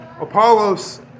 Apollos